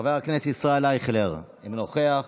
חבר הכנסת ישראל אייכלר, אינו נוכח.